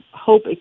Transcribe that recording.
hope